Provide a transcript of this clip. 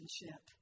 relationship